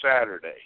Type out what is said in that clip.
Saturday